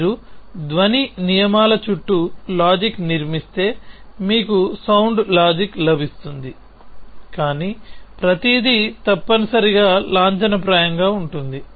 మీరు ధ్వని నియమాల చుట్టూ లాజిక్ నిర్మిస్తే మీకు సౌండ్ లాజిక్ లభిస్తుంది కాని ప్రతిదీ తప్పనిసరిగా లాంఛనప్రాయంగా ఉంటుంది